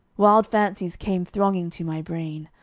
wild fancies came thronging to my brain.